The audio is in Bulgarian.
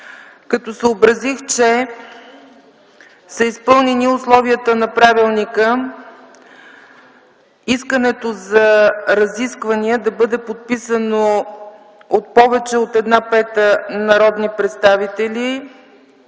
Като съобразих, че са изпълнени условията на правилника искането за разисквания да бъде подписано от повече от една пета народни представители,